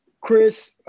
Chris